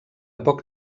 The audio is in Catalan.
poc